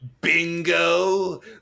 bingo